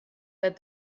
that